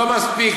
לא מספיק.